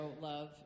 love